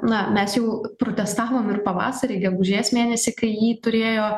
na mes jau protestavom ir pavasarį gegužės mėnesį kai jį turėjo